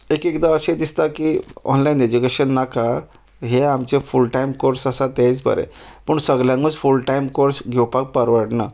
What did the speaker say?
एक एकदां अशें दिसता की ऑनलायन एजुकेशन नाका हे आमचे फूल टायम कोर्स आसा तेच बरे पूण सगल्यांगूच फूल टायम कोर्स घेवपाक परवडना